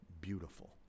beautiful